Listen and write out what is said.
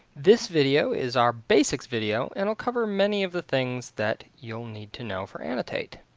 this video is our basics video and will cover many of the things that you'll need to know for annotate.